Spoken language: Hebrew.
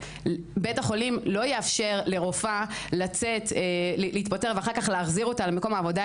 בית החולים לא יאפשר לרופאה להתפטר ואחר כך להחזיר אותה למקום העבודה,